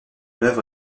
œuvre